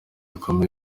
ikomeye